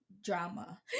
drama